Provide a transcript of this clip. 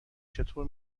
چطور